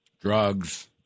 drugs